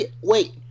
Wait